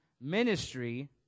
ministry